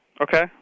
Okay